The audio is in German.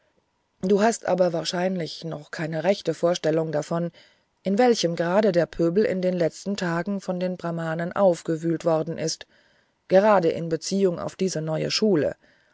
du hast aber wahrscheinlich doch keine rechte vorstellung davon in welchem grade der pöbel in den letzten tagen von den brahmanen aufgewühlt worden ist gerade in beziehung auf diese neue schule